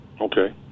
Okay